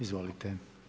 Izvolite.